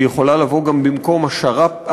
היא יכולה לבוא גם במקום השר"פ,